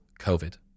COVID